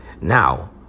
Now